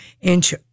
inch